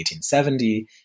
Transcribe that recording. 1870